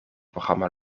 programma